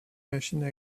machines